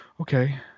okay